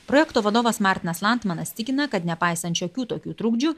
projekto vadovas martinas lantmanas tikina kad nepaisant šiokių tokių trukdžių